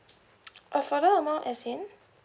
a further amount as in